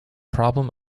problem